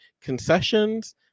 concessions